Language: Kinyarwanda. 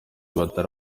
batari